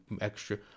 extra